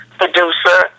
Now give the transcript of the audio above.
producer